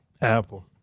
Apple